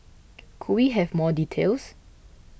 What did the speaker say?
could we have more details